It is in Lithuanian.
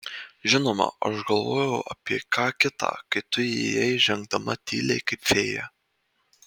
žinoma aš galvojau apie ką kita kai tu įėjai žengdama tyliai kaip fėja